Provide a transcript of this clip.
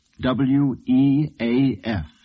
W-E-A-F